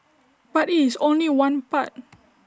but IT is only one part